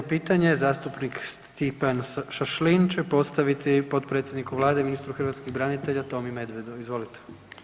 37. pitanje, zastupnik Stipan Šašlin će postaviti potpredsjedniku Vlade ministru hrvatskih branitelja Tomi Medvedu, izvolite.